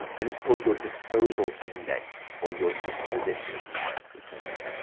and it's called your disposal index, or your disposition index, it turns out.